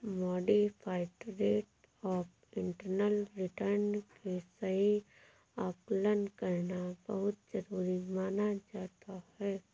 modified rate of internal return के सही आकलन करना बहुत जरुरी माना जाता है